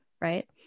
right